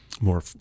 More